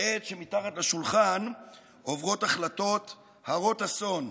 בעת שמתחת לשולחן עוברות החלטות הרות אסון.